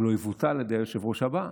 אם לא יבוטל על ידי היושב-ראש הבא,